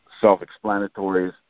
self-explanatory